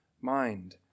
mind